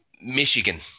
Michigan